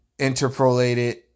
interpolated